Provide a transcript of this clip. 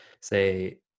say